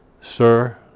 Sir